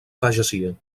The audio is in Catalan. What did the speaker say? pagesia